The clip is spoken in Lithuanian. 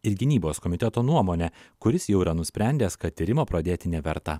ir gynybos komiteto nuomonė kuris jau yra nusprendęs kad tyrimą pradėti neverta